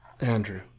Andrew